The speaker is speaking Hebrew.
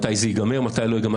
מתי זה ייגמר, מתי זה לא ייגמר.